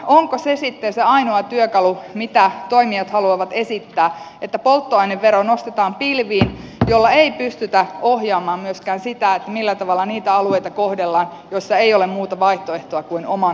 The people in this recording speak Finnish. onko se sitten se ainoa työkalu mitä toimijat haluavat esittää että polttoainevero nostetaan pilviin millä ei pystytä ohjaamaan myöskään sitä millä tavalla kohdellaan niitä alueita joilla ei ole muuta vaihtoehtoa kuin oman auton käyttö